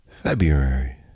February